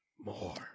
More